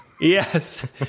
Yes